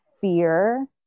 fear